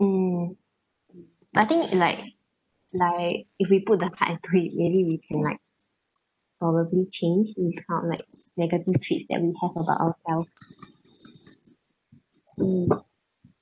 mm I think like like if we put the part and quit maybe we can like probably change instead of like negative traits them talk about ourselves mm